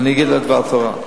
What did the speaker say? אני אגיד דבר תורה.